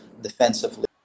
defensively